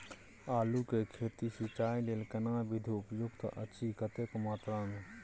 आलू के खेती मे सिंचाई लेल केना विधी उपयुक्त अछि आ कतेक मात्रा मे?